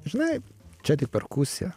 žinai čia tik perkusija